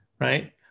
right